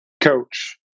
coach